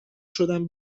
شدم